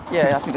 yeah,